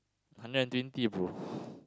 hundred and twenty bro